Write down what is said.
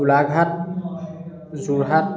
Golaghat Jorhat